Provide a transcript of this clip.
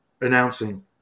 announcing